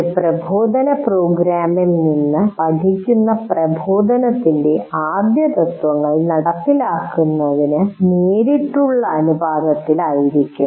ഒരു പ്രബോധന പ്രോഗ്രാമിൽ നിന്ന് പഠിക്കുന്നത് പ്രബോധനത്തിന്റെ ആദ്യതത്ത്വങ്ങൾ നടപ്പിലാക്കുന്നതിന് നേരിട്ടുള്ള അനുപാതത്തിൽ ആയിരിക്കും